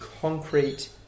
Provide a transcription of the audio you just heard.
concrete